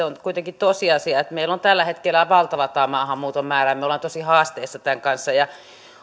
on kuitenkin tosiasia että meillä on tällä hetkellä valtava tämä maahanmuuton määrä ja me olemme tosi haasteessa tämän kanssa